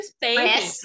baby